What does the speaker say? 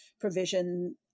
provision